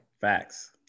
Facts